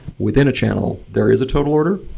within a channel, there is a total order.